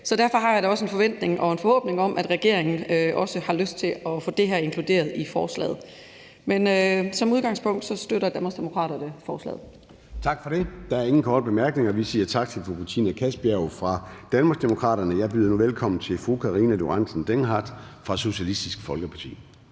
Så derfor har jeg da også en forventning og en forhåbning om, at regeringen også har lyst til at få det her inkluderet i forslaget Som udgangspunkt støtter Danmarksdemokraterne forslaget. Kl. 14:15 Formanden (Søren Gade): Der er ingen korte bemærkninger, så vi siger tak til fru Betina Kastbjerg fra Danmarksdemokraterne. Jeg byder nu velkommen til fru Karina Lorentzen Dehnhardt fra Socialistisk Folkeparti.